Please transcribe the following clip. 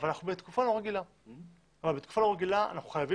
אבל אנחנו בתקופה לא רגילה ובתקופה לא רגילה אנחנו חייבים